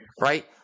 right